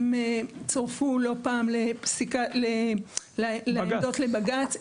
הם צורפו לא פעם לפסיקה, לעמדות לבג"ץ.